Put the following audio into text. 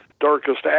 darkest